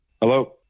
hello